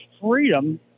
freedom